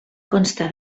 consta